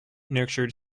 nurtured